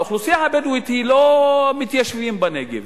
האוכלוסייה הבדואית היא לא מתיישבים בנגב,